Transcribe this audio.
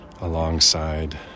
alongside